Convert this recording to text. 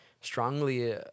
strongly